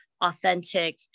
authentic